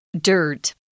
Dirt